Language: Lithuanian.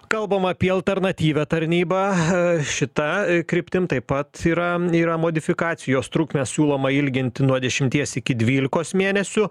kalbam apie alternatyvią tarnybą šita kryptim taip pat yra yra modifikacijos trukmę siūloma ilginti nuo dešimties iki dvylikos mėnesių